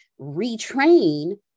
retrain